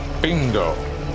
Bingo